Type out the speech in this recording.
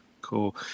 Cool